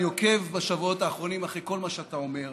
אני עוקב בשבועות האחרונים אחרי כל מה שאתה אומר,